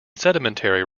sedimentary